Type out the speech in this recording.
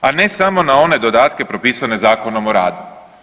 A ne samo na one dodatke propisane Zakonom o radu.